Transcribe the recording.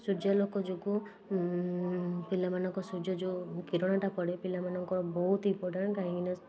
ସୂର୍ଯ୍ୟାଲୋକ ଯୋଗୁଁ ପିଲାମାନଙ୍କ ସୂର୍ଯ୍ୟ ଯେଉଁ କିରଣଟା ପଡ଼େ ପିଲାମାନଙ୍କର ବହୁତ ହି ଇମ୍ପୋଟାଣ୍ଟ କାହିଁକି ନା